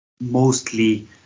mostly